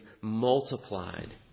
multiplied